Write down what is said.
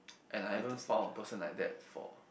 and I haven't found a person like that for